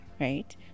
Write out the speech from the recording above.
right